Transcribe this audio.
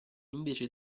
invece